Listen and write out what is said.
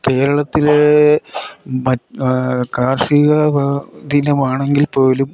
കേരളത്തിലെ കാർഷിക ദിനമാണെങ്കിൽ പോലും